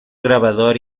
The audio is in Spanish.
grabador